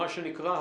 מה שנקרא,